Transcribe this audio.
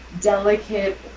delicate